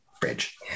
Bridge